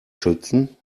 schützen